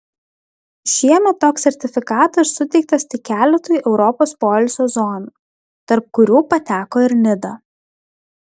šiemet toks sertifikatas suteiktas tik keletui europos poilsio zonų tarp kurių pateko ir nida